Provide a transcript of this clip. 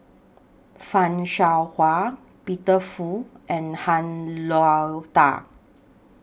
fan Shao Hua Peter Fu and Han Lao DA